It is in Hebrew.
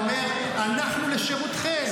הוא אומר: אנחנו לשירותכם.